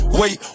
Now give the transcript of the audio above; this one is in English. wait